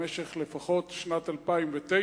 לפחות למשך שנת 2009,